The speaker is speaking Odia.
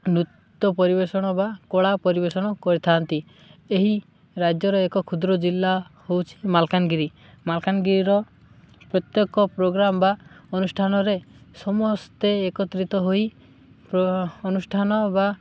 ନୃତ୍ୟ ପରିବେଷଣ ବା କଳା ପରିବେଷଣ କରିଥାନ୍ତି ଏହି ରାଜ୍ୟର ଏକ କ୍ଷୁଦ୍ର ଜିଲ୍ଲା ହେଉଛି ମାଲକାନଗିରି ମାଲକାନଗିରିର ପ୍ରତ୍ୟେକ ପ୍ରୋଗ୍ରାମ୍ ବା ଅନୁଷ୍ଠାନରେ ସମସ୍ତେ ଏକତ୍ରିତ ହୋଇ ଅନୁଷ୍ଠାନ ବା